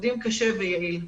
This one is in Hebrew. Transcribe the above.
עובדים קשה ויעיל.